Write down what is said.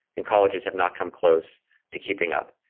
and colleges have not come close to keeping up.